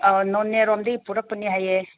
ꯑꯥ ꯅꯣꯅꯦ ꯔꯣꯝꯗꯒꯤ ꯄꯨꯔꯛꯄꯅꯦ ꯍꯥꯏꯌꯦ